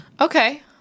Okay